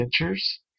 adventures